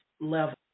level